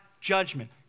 judgment